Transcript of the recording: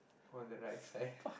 on the right side